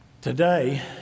Today